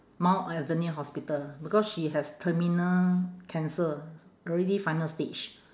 mount alvernia hospital because she has terminal cancer already final stage